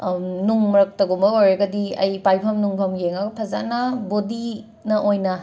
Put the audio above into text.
ꯅꯨꯡ ꯃꯔꯛꯇꯒꯨꯝꯕ ꯑꯣꯏꯔꯒꯗꯤ ꯑꯩ ꯄꯥꯏꯐꯝ ꯅꯨꯡꯐꯝ ꯌꯦꯡꯉꯒ ꯐꯖꯅ ꯕꯣꯗꯤꯅ ꯑꯣꯏꯅ